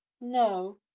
no